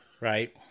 right